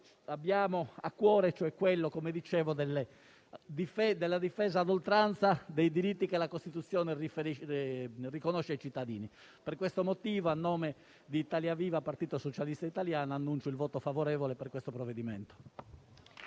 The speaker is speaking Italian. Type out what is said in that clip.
abbiamo a cuore, quello cioè della difesa ad oltranza dei diritti che la Costituzione riconosce ai cittadini. Per questo motivo, a nome di Italia Viva-P.S.I., annuncio il voto favorevole a questo provvedimento.